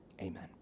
Amen